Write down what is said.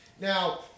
Now